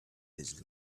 his